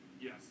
Yes